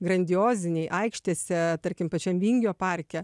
grandioziniai aikštėse tarkim pačiam vingio parke